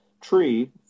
tree